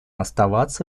оставаться